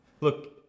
Look